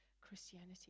Christianity